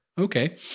Okay